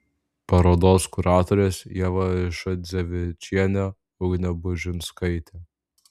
parodos kuratorės ieva šadzevičienė ugnė bužinskaitė